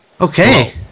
okay